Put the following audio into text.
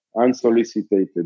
unsolicited